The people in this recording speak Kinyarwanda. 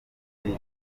muri